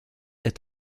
est